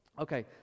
Okay